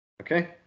Okay